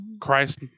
christ